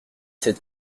sept